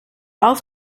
auf